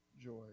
joy